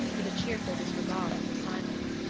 with a cheerful disregard of her silence.